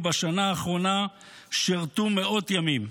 ובשנה האחרונה שירתו מאות ימים.